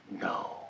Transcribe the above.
no